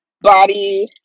body